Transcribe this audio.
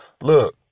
Look